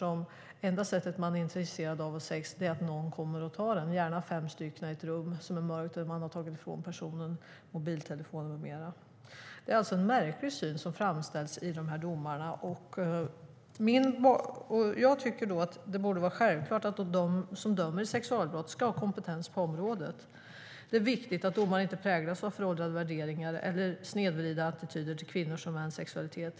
Det enda sätt på vilket de är intresserade av sex är tydligen att någon kommer och tar en, och då gärna fem stycken i ett rum som är mörkt och där man har tagit ifrån personen mobiltelefon med mera. Det är alltså en märklig syn som framställs i dessa domar. Jag tycker att det borde vara självklart att de som dömer i sexualbrott ska ha kompetens på området. Det är viktigt att domarna inte präglas av föråldrade värderingar eller snedvridna attityder till kvinnors och mäns sexualitet.